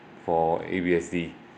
for A_B_S_D